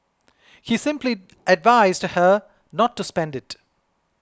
he simply advised her not to spend it